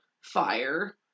fire